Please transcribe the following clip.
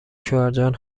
شوهرجان